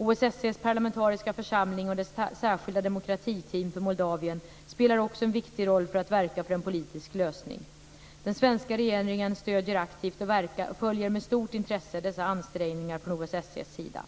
OSSE:s parlamentariska församling och dess särskilda demokratiteam för Moldavien spelar också en viktig roll för att verka för en politisk lösning. Den svenska regeringen stöder aktivt och följer med stort intresse dessa ansträngningar från OSSE:s sida.